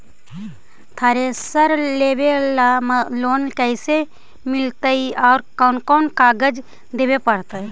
Thresher लेबे ल loan कैसे मिलतइ और कोन कोन कागज देबे पड़तै?